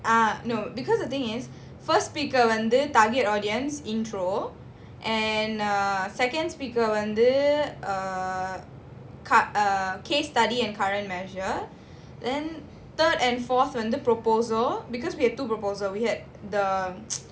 ah you know because the thing is first speaker வந்து:vandhu target audience intro and err second speaker வந்து:vandhu err case study and current measure then third and fourth வந்து:vandhu proposal because we had two proposal we had the